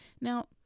Now